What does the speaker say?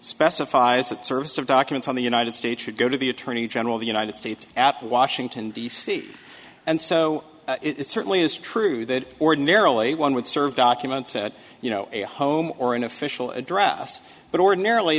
specifies that service of documents on the united states should go to the attorney general of the united states at washington d c and so it certainly is true that ordinarily one would serve documents said you know a home or an official address but ordinarily